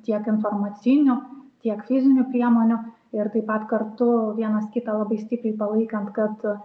tiek informacinių tiek fizinių priemonių ir taip pat kartu vienas kitą labai stipriai palaikant kad